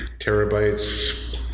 terabytes